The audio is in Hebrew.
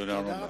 תודה רבה.